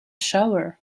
shower